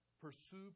Pursue